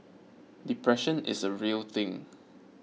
depression is a real thing